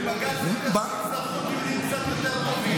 בשביל בג"ץ תצטרכו טיעונים קצת יותר טובים.